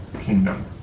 kingdom